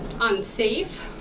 unsafe